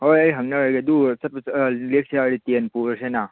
ꯍꯣꯏ ꯑꯩ ꯍꯪꯅꯔꯒꯦ ꯑꯗꯨ ꯂꯦꯛꯁꯤ ꯍꯥꯏꯔꯗꯤ ꯇꯦꯟ ꯄꯨꯔꯁꯤꯅ